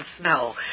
snow